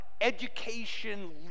education